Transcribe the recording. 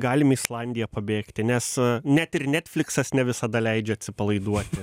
galim į islandiją pabėgti nes net ir netfliksas ne visada leidžia atsipalaiduoti